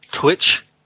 Twitch